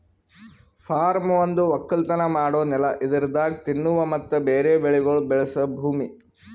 form ಒಂದು ಒಕ್ಕಲತನ ಮಾಡೋ ನೆಲ ಇದರಾಗ್ ತಿನ್ನುವ ಮತ್ತ ಬೇರೆ ಬೆಳಿಗೊಳ್ ಬೆಳಸ ಭೂಮಿ